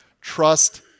trust